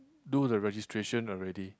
do the registration already